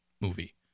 movie